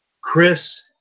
Chris